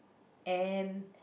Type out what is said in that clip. and